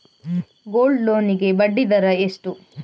Gold loan ಗೆ ಬಡ್ಡಿ ದರ ಎಷ್ಟು?